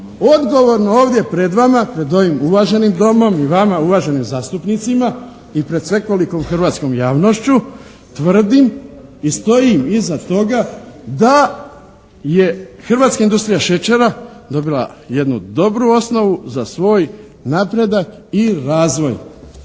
odgovorno ovdje pred vama, pred ovim uvaženim domom, i vama uvaženim zastupnicima i pred svekolikom hrvatskom javnošću tvrdim i stojim iza toga da je hrvatska industrija šećera dobila jednu dobru osnovu za svoj napredak i razvoj.